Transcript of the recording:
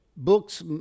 Books